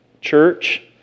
church